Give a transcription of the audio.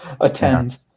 attend